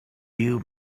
you